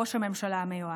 ראש הממשלה המיועד.